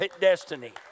destiny